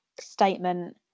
statement